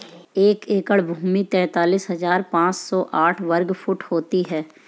एक एकड़ भूमि तैंतालीस हज़ार पांच सौ साठ वर्ग फुट होती है